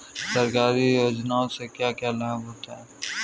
सरकारी योजनाओं से क्या क्या लाभ होता है?